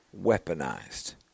weaponized